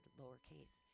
lowercase